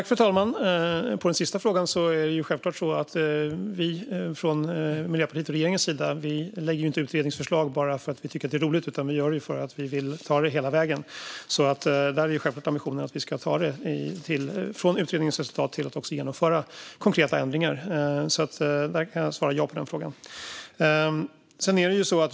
Fru talman! På den sista frågan kan jag svara att det är självklart att vi från Miljöpartiets och regeringens sida inte lägger fram utredningsförslag bara för att vi tycker att det är roligt utan för att vi vill ta dem hela vägen. Där är självklart ambitionen att vi ska ta det hela från utredningens resultat till att också genomföra konkreta ändringar. Jag svarar ja på den frågan.